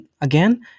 again